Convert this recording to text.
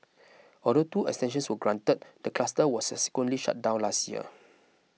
although two extensions were granted the cluster was subsequently shut down last year